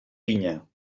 vinya